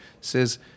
says